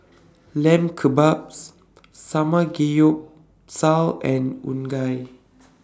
Lamb Kebabs and Unagi